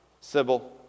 Sybil